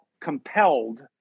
Compelled